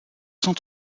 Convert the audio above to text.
cent